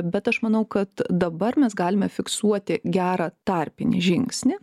bet aš manau kad dabar mes galime fiksuoti gerą tarpinį žingsnį